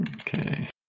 Okay